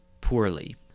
poorly